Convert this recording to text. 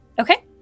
Okay